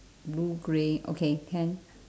blue grey okay can